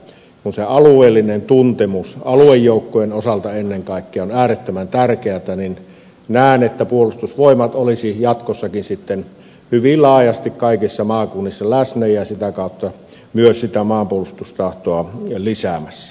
kun se alueellinen tuntemus aluejoukkojen osalta ennen kaikkea on äärettömän tärkeätä niin näen että puolustusvoimat olisi jatkossakin sitten hyvin laajasti kaikissa maakunnissa läsnä ja sitä kautta myös sitä maanpuolustustahtoa lisäämässä